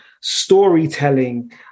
storytelling